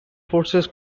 forces